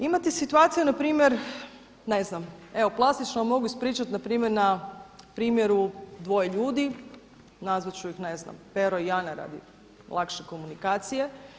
Imate situacija na primjer ne znam evo plastično vam mogu ispričati na primjer na primjeru dvoje ljudi, nazvat ću ih ne znam Pero i Ana radi lakše komunikacije.